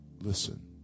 Listen